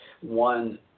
one